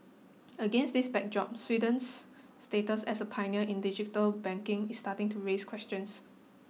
against this backdrop Sweden's status as a pioneer in digital banking is starting to raise questions